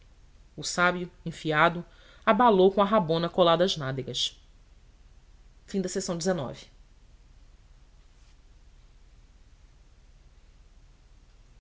o sábio enfiado abalou com a rabona colada